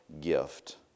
gift